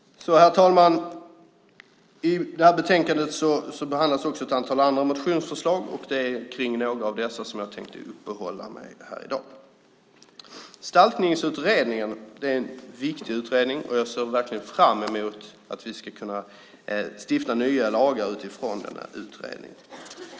Herr talman! I det här betänkandet behandlas också ett antal andra motionsförslag, och det är vid några av dessa jag tänkte uppehålla mig här i dag. Stalkningsutredningen är en viktig utredning, och jag ser verkligen fram emot att vi ska kunna stifta nya lagar utifrån denna utredning.